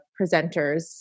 presenters